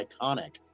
iconic